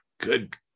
good